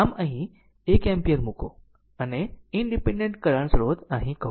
આમ અહીં 1 એમ્પીયર મૂકો અને ઇનડીપેન્ડેન્ટ કરંટ સ્રોત અહીં કહો